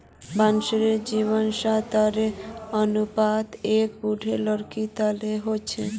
बांसेर वजन स ताकतेर अनुपातत एक दृढ़ लकड़ी जतेला ह छेक